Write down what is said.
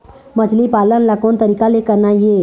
मछली पालन ला कोन तरीका ले करना ये?